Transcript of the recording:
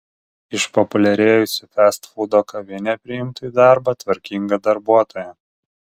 išpopuliarėjusi festfūdo kavinė priimtų į darbą tvarkingą darbuotoją